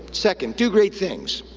second, do great things.